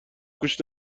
گوش